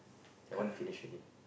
that one finished already